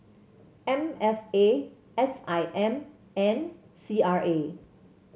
M F A S I M and C R A